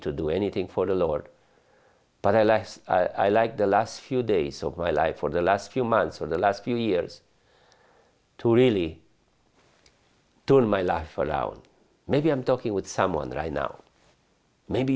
to do anything for the lord but i lest i like the last few days of my life for the last few months or the last few years to really turn my life around maybe i'm talking with someone that i know maybe